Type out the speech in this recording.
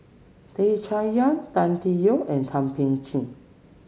Tan Chay Yan Tan Tee Yoke and Thum Ping Tjin